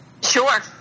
Sure